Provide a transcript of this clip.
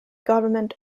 government